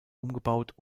umgebaut